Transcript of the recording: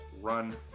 Run